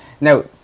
Now